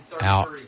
out